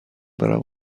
برم